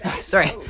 Sorry